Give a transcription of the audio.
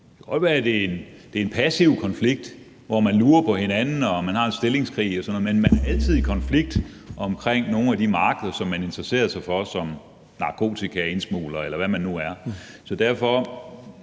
det er en passiv konflikt, hvor man lurer på hinanden og man har stillingskrig og sådan noget, men man er altid i konflikt omkring nogle af de markeder, som man interesserer sig for som narkotikaindsmugler, eller hvad man nu er.